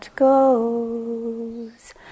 goes